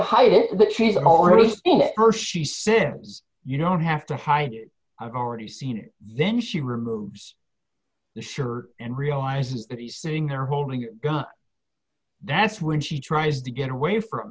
hide it but she's already hershey since you don't have to hide i've already seen it then she removes the shirt and realizes that he's sitting her holding a gun that's when she tries to get away from